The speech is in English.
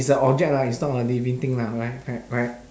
it's a object lah it's not a living thing lah right right right